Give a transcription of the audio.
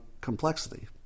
complexity